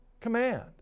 command